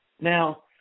Now